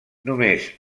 només